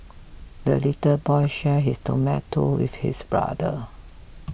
the little boy shared his tomato with his brother